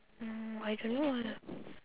mm I don't know eh